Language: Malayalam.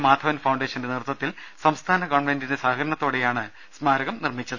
മാധവൻ ഫൌണ്ടേഷന്റെ നേതൃത്വ ത്തിൽ സംസ്ഥാന ഗവൺമെന്റിന്റെ സഹകരണത്തോടെയാണ് സ്മാരകം നിർമിച്ചത്